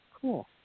cool